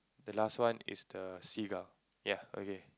the last one is the seagull ya okay